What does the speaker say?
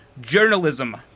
journalism